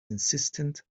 assistant